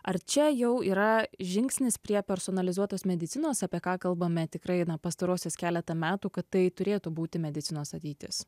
ar čia jau yra žingsnis prie personalizuotos medicinos apie ką kalbame tikrai na pastaruosius keletą metų kad tai turėtų būti medicinos ateitis